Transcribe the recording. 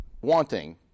wanting